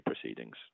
proceedings